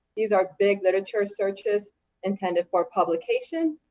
these are big literature searches intended for publication,